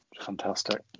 fantastic